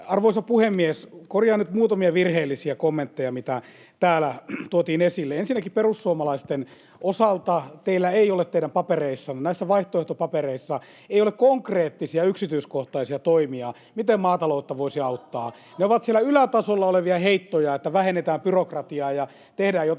Arvoisa puhemies! Korjaan nyt muutamia virheellisiä kommentteja, mitä täällä tuotiin esille. Ensinnäkin perussuomalaisten osalta: Teillä ei ole teidän papereissanne, näissä vaihtoehtopapereissanne, konkreettisia yksityiskohtaisia toimia, miten maataloutta voisi auttaa. Ne ovat siellä ylätasolla olevia heittoja, että vähennetään byrokratiaa ja tehdään jotakin